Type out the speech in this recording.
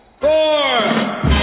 Four